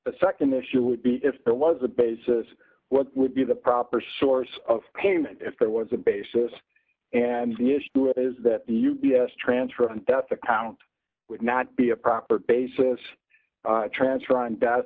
the nd issue would be if there was a basis what would be the proper source of payment if there was a basis and the issue is that the u b s transfer on death account would not be a proper basis transfer on